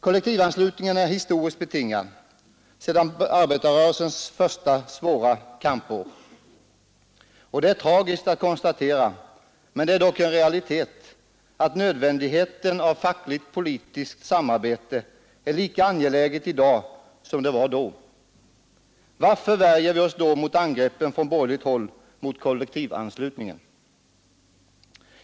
Kollektivanslutningen är historiskt betingad sedan arbetarrörelsens första svåra kampår, och det är tragiskt att konstatera — men dock en realitet — att nödvändigheten av fackligt politiskt samarbete är lika påtaglig i dag som den var då. Varför värjer vi oss då mot angreppen från borgerligt håll mot kollektivanslutningen?